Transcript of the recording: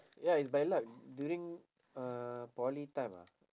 ya it's by luck during uh poly time ah